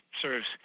serves